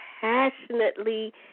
passionately